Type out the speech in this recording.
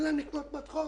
שאין להן כסף לקנות מדחום,